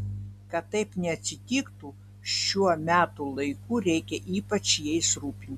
kad taip neatsitiktų šiuo metų laiku reikia ypač jais rūpintis